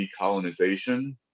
decolonization